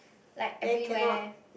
like everywhere